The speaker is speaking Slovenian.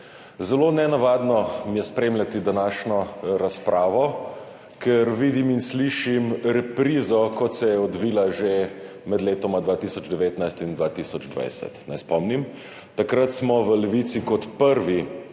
Zelo nenavadno mi je spremljati današnjo razpravo, ker vidim in slišim reprizo, kot se je odvila že med letoma 2019 in 2020. Naj spomnim, takrat smo v Levici kot prvi